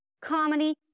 comedy